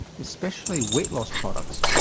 especially weight loss products,